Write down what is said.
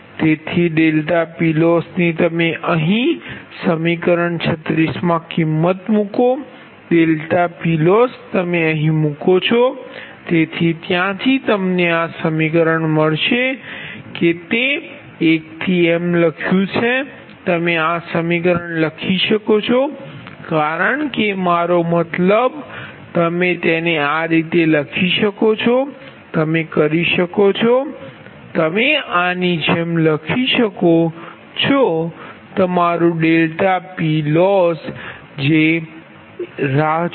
તેથી ∆PLossની તમે અહીં સમીકરણ 36 મા કિમત મૂકો છો ∆PLoss તમે અહીં મૂકો છો તેથી ત્યાંથી તમને આ સમીકરણ મળશે કે તે 1 થી m લખ્યુ છે તમે આ સમીકરણ લખી શકો છો કારણ કે મારો મતલબ તમે તેને આ રીતે લખી શકો છો તમે કરી શકો છો તમે આની જેમ લખી શકો છો તમારું ∆PLoss જે રાહ જુઓ